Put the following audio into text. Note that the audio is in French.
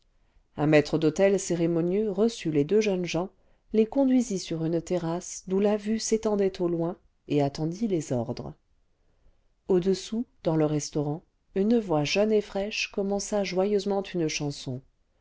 un maître d'hôtel cérémonieux reçut les deux jeunes gens les conduisit sur une terrasse d'où la vue s'étendait au loin et attendit les ordres au-dessous dans le restaurant une voix jeune et fraîche commença joyeusement une chanson